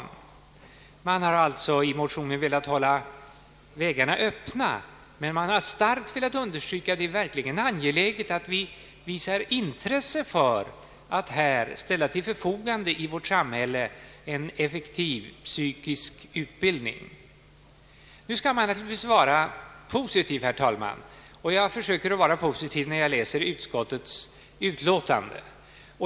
I motionen har vi alltså velat hålla vägarna öppna men också starkt understrukit att det verkligen är angeläget att man visar intresse för att ställa en ef fektiv psykisk utbildning till förfogande i vårt samhälle. Nu skall man naturligtvis vara positiv, herr talman, och jag försöker vara det när jag läser utskottets utlåtande.